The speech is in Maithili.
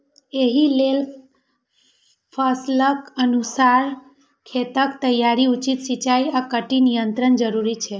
एहि लेल फसलक अनुसार खेतक तैयारी, उचित सिंचाई आ कीट नियंत्रण जरूरी छै